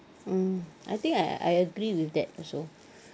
mm I think I I agree with that also